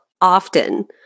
often